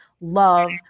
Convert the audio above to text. love